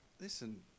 listen